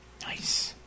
Nice